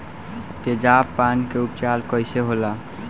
तेजाब पान के उपचार कईसे होला?